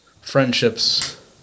friendships